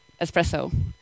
espresso